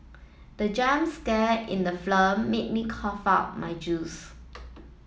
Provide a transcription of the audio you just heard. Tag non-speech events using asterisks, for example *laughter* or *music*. the jump scare in the *unintelligible* made me cough out my juice